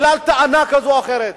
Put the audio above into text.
בגלל טענה כזאת או אחרת.